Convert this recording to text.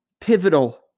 pivotal